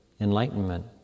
enlightenment